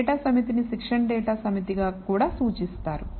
data సమితిని శిక్షణ data సమితిగా కూడా సూచిస్తారు